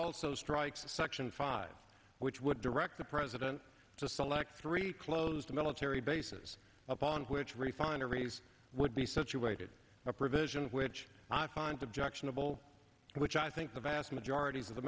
also strikes a section five which would direct the president to select three close to military bases upon which refineries would be situated a provision which i find objectionable which i think the vast majority of the